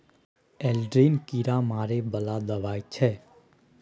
Aldrin कीरा मारै बला दवाई छै